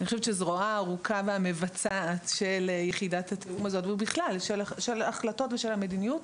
זרועה הארוכה והמבצעת של יחידת התיאום הזאת ובכלל החלטות לגבי מדיניות,